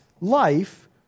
life